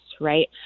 right